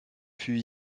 fut